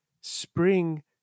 spring